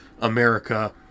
America